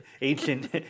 Ancient